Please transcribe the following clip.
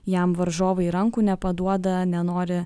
jam varžovai rankų nepaduoda nenori